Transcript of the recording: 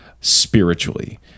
spiritually